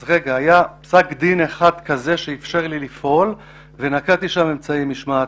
אז היה פסק דין אחד כזה שאיפשר לי לפעול ונקטתי שם אמצעי משמעת.